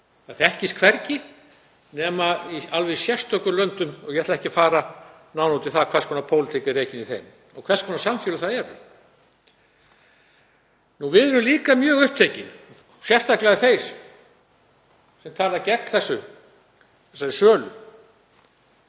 Það þekkist hvergi nema í alveg sérstökum löndum og ég ætla ekki að fara nánar út í það hvers konar pólitík er rekin þar og hvers konar samfélög það eru. Við erum líka mjög upptekin, sérstaklega þeir sem tala gegn þessari sölu,